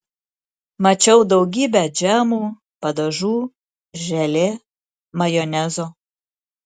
mačiau daugybę džemų padažų želė majonezo